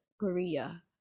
Korea